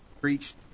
preached